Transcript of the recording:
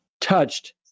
touched